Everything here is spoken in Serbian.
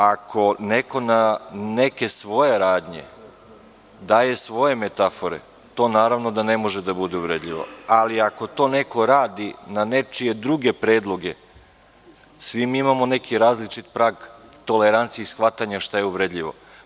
Ako neko na neke svoje radnje daje svoje metafore, to naravno da ne može bude uvredljivo, ali ako to neko radi na nečije druge predloge, svi mi imamo neki različit prag tolerancije i shvatanja šta je uvredljivo.